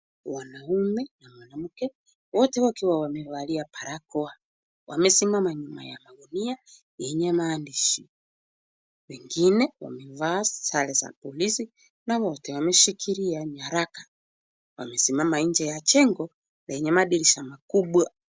Wanaume na wanawake wote wakiwa wamevalia barakoa wamesimama nyuma ya magunia yenye mahandishi. Wengine wamevaa sare za polisi na wote wameshikilia nyaraka. Wamesimama nje ya jengo yenye madirisha makubwa.